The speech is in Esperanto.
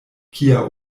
kia